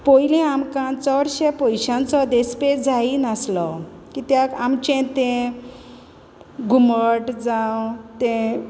पोयलीं आमकां चोडशे पोयशांचो देसपेस जाई नासलो कित्याक आमचें तें घुमट जावं तें